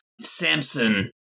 Samson